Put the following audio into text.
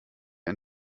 ein